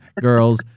girls